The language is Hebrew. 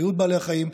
על בריאות בעלי החיים,